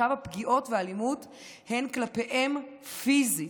עכשיו הפגיעות והאלימות הן כלפיהם פיזית,